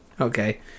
Okay